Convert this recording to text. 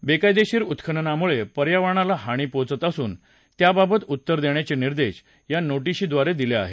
बेकायदेशीर उत्खननामुळे पर्यावरणाला हानी पोचत असून त्याबाबत उत्तर देण्याचे निर्देश या नोटिशीद्वारे दिले आहेत